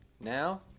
Now